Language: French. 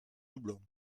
doublon